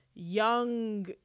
Young